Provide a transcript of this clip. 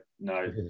no